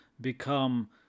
become